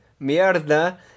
mierda